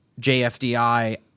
JFDI